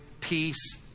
Peace